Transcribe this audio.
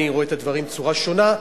אני רואה את הדברים בצורה שונה.